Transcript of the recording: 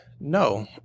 no